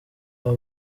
aba